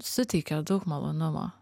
suteikia daug malonumo